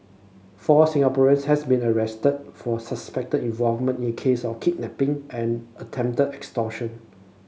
four Singaporeans has been arrested for suspected involvement in case of kidnapping and attempted extortion